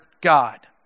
God